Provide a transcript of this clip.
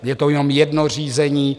Je to jenom jedno řízení.